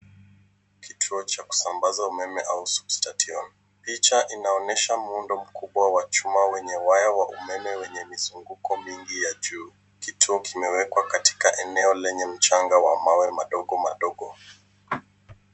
Kituo cha kusambaza umeme au substation . Picha inaonyesha muundo mkubwa wa chuma wenye waya wa umeme wenye mizunguko mingi ya juu. Kituo kimewekwa katika eneo lenye mchanga wa mawe madogo madogo.